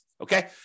okay